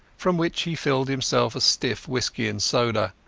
from which he filled himself a stiff whisky-and-soda.